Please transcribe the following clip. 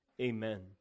Amen